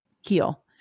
heal